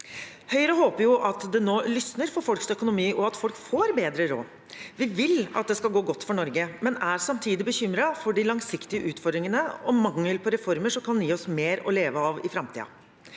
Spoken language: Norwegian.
Høyre håper at det nå lysner for folks økonomi, og at folk får bedre råd. Vi vil at det skal gå godt for Norge, men er samtidig bekymret for de langsiktige utfordringene og mangelen på reformer som kan gi oss mer å leve av i framtiden.